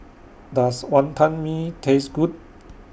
Does Wonton Mee Taste Good